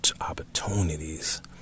opportunities